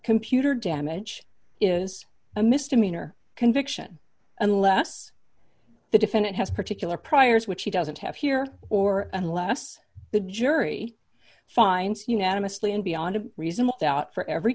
computer damage is a misdemeanor conviction unless the defendant has particular priors which he doesn't have here or unless the jury finds unanimously and beyond a reasonable doubt for every